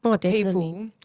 people